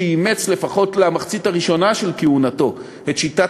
שאימץ לפחות למחצית הראשונה של כהונתו את שיטת